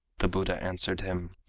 the buddha answered him,